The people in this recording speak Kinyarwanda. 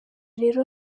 rero